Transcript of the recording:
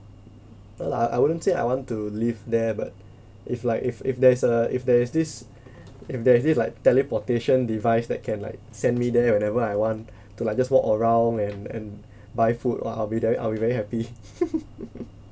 no lah I wouldn't say I want to live there but if like if if there is a if there is this if there is this like teleportation device that can like send me there whenever I want to like just walk around and and buy food oh I'll be I'll be very happy